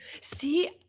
See